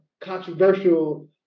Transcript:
controversial